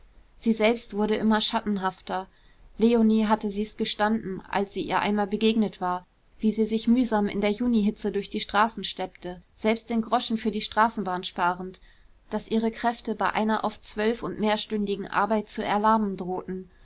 sie selbst wurde immer schattenhafter leonie hatte sie's gestanden als sie ihr einmal begegnet war wie sie sich mühsam in der junihitze durch die straßen schleppte selbst den groschen für die straßenbahn sparend daß ihre kräfte bei einer oft zwölf und mehrstündigen arbeit zu erlahmen drohten